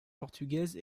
portugaise